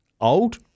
old